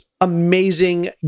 amazing